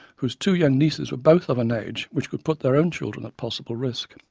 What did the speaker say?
whose two young nieces were both of an age which could put their own children at possible risk.